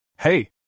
Hey